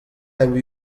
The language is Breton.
daou